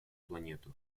планету